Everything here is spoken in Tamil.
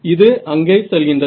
இது அங்கே செல்கின்றது